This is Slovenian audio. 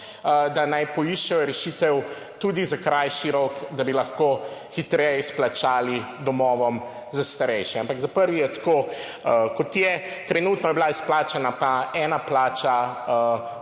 da naj poiščejo rešitev tudi za krajši rok, da bi lahko hitreje izplačali domovom za starejše, ampak za začetek je tako, kot je. Trenutno je bila izplačana ena plača